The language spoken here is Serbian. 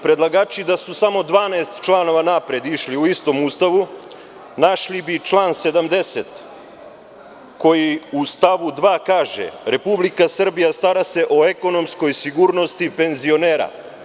Predlagači da su samo 12 članova unapred išli u istom Ustavu, našli bi član 70. koji u stavu 2. kaže – Republika Srbija stara se o ekonomskoj sigurnosti penzionera.